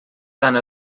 tant